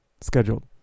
scheduled